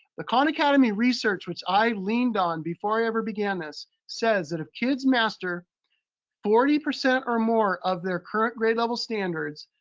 the khan academy research, which i'd leaned on before i ever began this, says that if kids master forty percent or more of their current grade level standards,